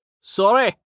Sorry